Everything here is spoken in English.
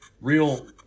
real